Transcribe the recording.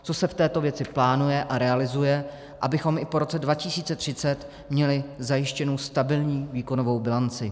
Co se v této věci plánuje a realizuje, abychom i po roce 2030 měli zajištěnu stabilní výkonovou bilanci?